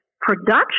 production